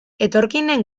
etorkinen